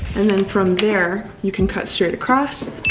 and then from there you can cut straight across